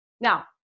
Now